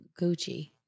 Gucci